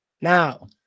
Now